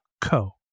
co